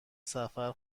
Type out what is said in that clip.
سفر